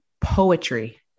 poetry